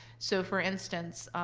so for instance,